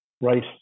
Right